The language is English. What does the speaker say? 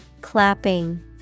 Clapping